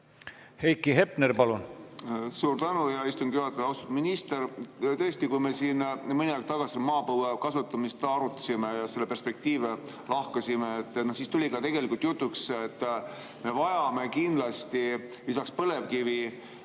Heiki Hepner, palun!